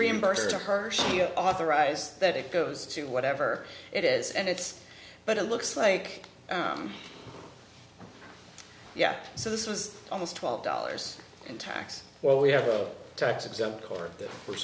reimbursed to hershey i authorize that it goes to whatever it is and it's but it looks like yeah so this was almost twelve dollars in tax well we have a tax exempt court that we're